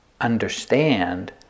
understand